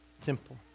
Simple